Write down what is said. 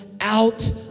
out